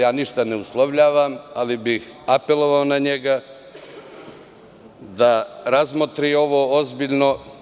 Ništa ne uslovljavam, ali bih apelovao na njega da razmotri ovo ozbiljno.